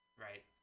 right